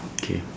okay